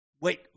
Wait